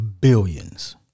billions